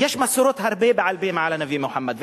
יש מסורות הרבה בעל-פה על הנביא מוחמד,